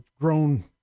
grown